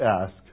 ask